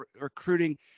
recruiting